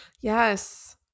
Yes